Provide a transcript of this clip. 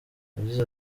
yagize